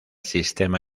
sistema